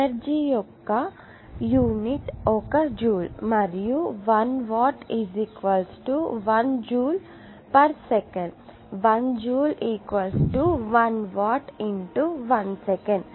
energy యొక్క unit ఒక joule మరియు 1 watt 1 joule second 1 joule 1 watt × 1 second